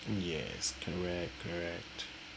yes correct correct